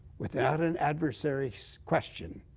without an adversary so question,